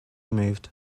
moved